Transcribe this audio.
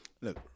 Look